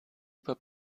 über